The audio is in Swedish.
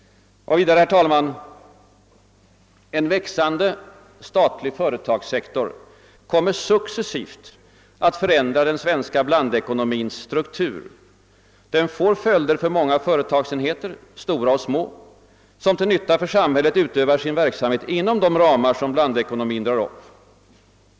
Och vidare, herr talman — en växande statlig företagssektor kommer successivt att förändra den svenska blandekonomins struktur. Den får följder för många företagsenheter — stora och små — som till nytta för samhället utövar sin verksamhet inom de ramar blandekonomin drar upp.